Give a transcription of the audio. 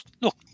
look